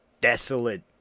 desolate